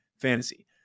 Fantasy